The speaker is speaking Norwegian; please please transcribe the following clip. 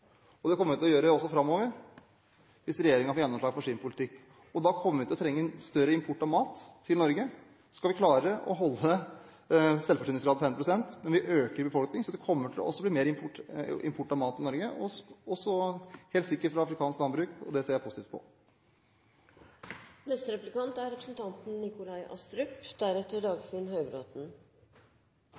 og det kommer vi til å gjøre også framover hvis regjeringen får gjennomslag for sin politikk. Skal vi klare å holde en selvforsyningsgrad på 50 pst., kommer vi til å trenge større import av mat til Norge, med en økende befolkning. Så det kommer også til å bli mer import av mat til Norge – helt sikkert også fra afrikansk landbruk, og det ser jeg positivt på. Kanskje det er